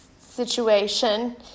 situation